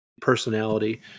personality